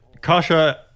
Kasha